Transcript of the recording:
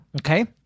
Okay